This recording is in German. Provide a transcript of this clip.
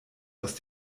aus